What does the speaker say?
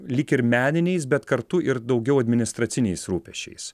lyg ir meniniais bet kartu ir daugiau administraciniais rūpesčiais